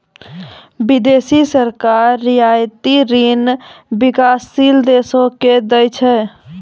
बिदेसी सरकार रियायती ऋण बिकासशील देसो के दै छै